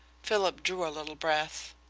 philip drew a little breath.